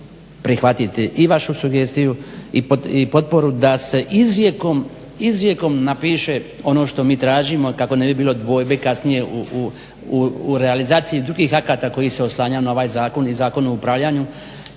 prihvatiti i vašu sugestiju i potporu da se izrijekom napiše ono što mi tražimo kako ne bi bilo dvojbe kasnije u realizaciji drugih akata koji se oslanja na ovaj zakon i Zakon o upravljanju